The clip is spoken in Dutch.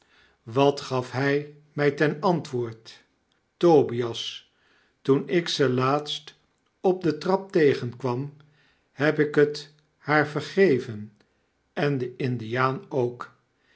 wat gaf hij mij ten antwoord tobias toen ik ze laatst op de trap tegenkwam heb ik het haar vergeven en den lndiaan ook